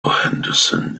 henderson